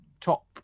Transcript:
top